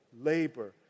labor